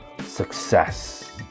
success